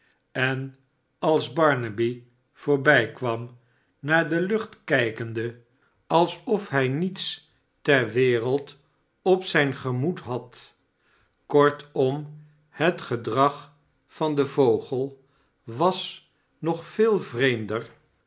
en als barnaby voorbijkwam naar de lucht kijkende alsof hij niets ter wereld op zijn gemoed had kortom het gedrag van den vogel was nog veel vreemder